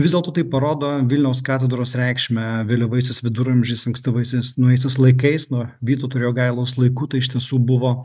vis dėlto tai parodo vilniaus katedros reikšmę vėlyvaisiais viduramžiais ankstyvaisiais naujaisiais laikais nuo vytauto ir jogailos laikų tai iš tiesų buvo